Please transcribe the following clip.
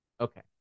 Okay